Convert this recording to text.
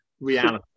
reality